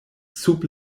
sub